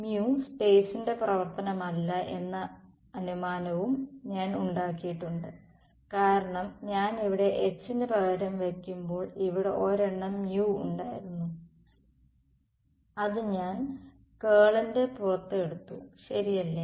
μ സ്പെയ്സിന്റെ പ്രവർത്തനമല്ല എന്ന അനുമാനവും ഞാൻ ഉണ്ടാക്കിയിട്ടുണ്ട് കാരണം ഞാൻ ഇവിടെ H ന് പകരം വയ്ക്കുമ്പോൾ ഇവിടെ ഒരെണ്ണം μ ഉണ്ടായിരുന്നു അത് ഞാൻ കേളിന്റെ പുറത്ത് എടുത്തു ശരിയല്ലേ